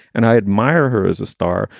and i admire her as a star.